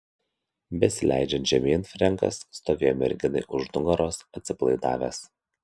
besileidžiant žemyn frenkas stovėjo merginai už nugaros atsipalaidavęs